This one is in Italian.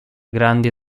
grandi